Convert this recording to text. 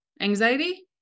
anxiety